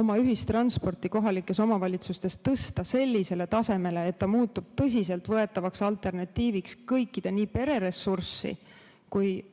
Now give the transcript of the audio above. oma ühistranspordi kohalikes omavalitsustes tõsta sellisele tasemele, et ta muutuks tõsiseltvõetavaks alternatiiviks pereressurssi,